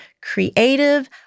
creative